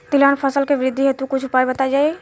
तिलहन फसल के वृद्धी हेतु कुछ उपाय बताई जाई?